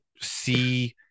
see